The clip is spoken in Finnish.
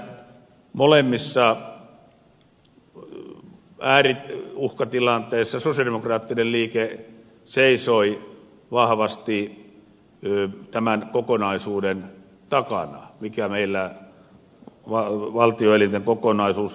näissä molemmissa ääriuhkatilanteissa sosialidemokraattinen liike seisoi vahvasti tämän kokonaisuuden takana minkä meillä valtioelinten kokonaisuus muodosti